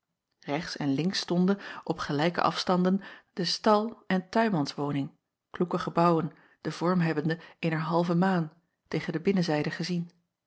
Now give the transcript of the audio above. echts en links stonden op gelijke afstanden de stal en tuinmanswoning kloeke gebouwen den vorm hebbende eener halve maan tegen de binnenzijde gezien